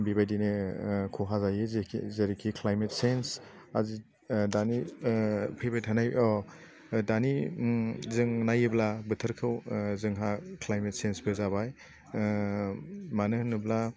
बेबायदिनो खहा हायो जेखि जेरैखि ख्लाइमेट चेन्ज आजि दानि फैबायथानाय दानि जों नायोब्ला बोथोरखौ जोंहा ख्लाइमेट चेन्जबो जाबाय मानो होनोब्ला